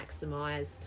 maximize